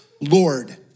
Lord